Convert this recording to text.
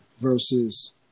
versus